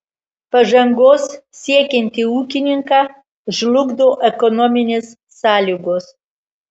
pažangos siekiantį ūkininką žlugdo ekonominės sąlygos